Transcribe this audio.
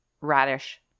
radish